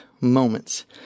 moments